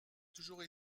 toujours